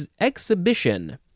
exhibition